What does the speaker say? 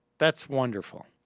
that's wonderful